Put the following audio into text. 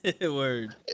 word